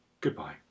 goodbye